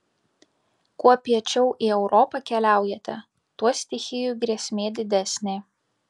kuo piečiau į europą keliaujate tuo stichijų grėsmė didesnė